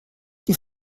die